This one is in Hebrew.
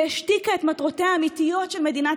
שהשתיקה את מטרותיה האמיתיות של מדינת